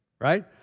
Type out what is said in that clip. Right